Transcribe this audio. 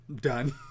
Done